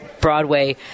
Broadway